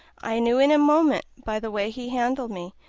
i knew in a moment by the way he handled me,